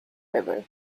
river